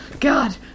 god